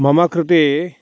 मम कृते